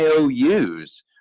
IOUs